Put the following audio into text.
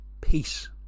peace